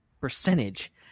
percentage